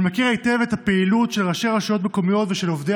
אני מכיר היטב את הפעילות של ראשי רשויות מקומיות ושל עובדי